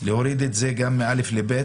להפחית מ-א' ל-ב'.